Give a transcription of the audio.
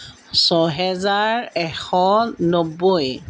ছহেজাৰ এশ নব্বৈ